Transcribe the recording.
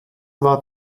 war